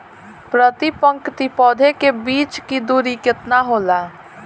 प्रति पंक्ति पौधे के बीच की दूरी केतना होला?